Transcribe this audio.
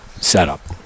setup